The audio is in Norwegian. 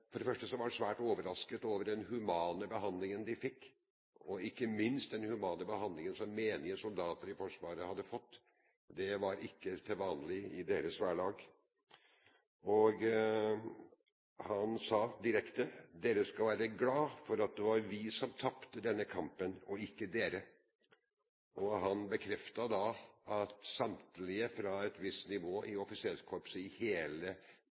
for det første svært overrasket over den humane behandlingen de fikk, ikke minst den humane behandlingen som menige soldater i forsvaret hadde fått. Det var ikke vanlig i deres hverdag. Han sa – direkte: Dere skal være glad for at det var vi som tapte denne kampen, og ikke dere. Han bekreftet at samtlige fra et visst nivå i offiserskorpset i hele